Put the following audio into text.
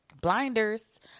blinders